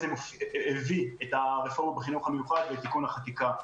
הביא את הרפורמה בחינוך המיוחד לתיקון החקיקה.